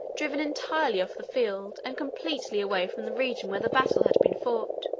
driven entirely off the field, and completely away from the region where the battle had been fought.